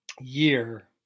year